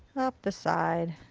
up the side.